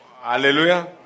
hallelujah